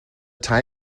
time